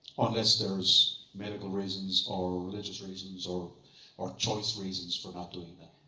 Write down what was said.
unless there's medical reasons, or religious reasons, or or choice reasons for not doing that.